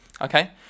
Okay